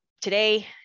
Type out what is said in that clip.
today